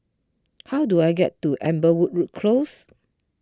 how do I get to Amberwood Close